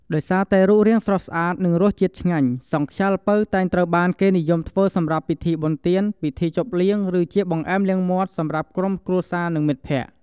ដោយសារតែរូបរាងស្រស់ស្អាត និងរសជាតិឆ្ងាញ់ សង់ខ្យាល្ពៅតែងត្រូវបានគេនិយមធ្វើសម្រាប់ពិធីបុណ្យទាន ពិធីជប់លៀង ឬជាបង្អែមលាងមាត់សម្រាប់ក្រុមគ្រួសារ និងមិត្តភក្តិ។